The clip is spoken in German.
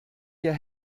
dir